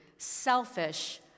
selfish